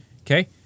Okay